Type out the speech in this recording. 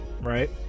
right